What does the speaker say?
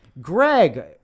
Greg